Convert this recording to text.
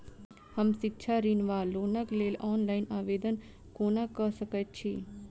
हम शिक्षा ऋण वा लोनक लेल ऑनलाइन आवेदन कोना कऽ सकैत छी?